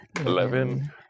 eleven